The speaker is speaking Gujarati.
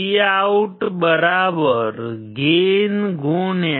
Vout gain 1